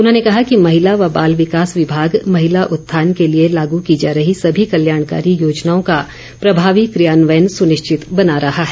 उन्होंने कहा कि महिला व बाल विकास विभाग महिला उत्थान के लिए लागू की जा रही सभी कल्याणकारी योजनाओं का प्रभावी क्रियान्वयन सुनिश्चित बना रहा है